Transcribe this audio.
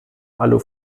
alu